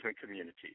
community